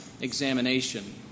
examination